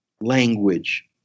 language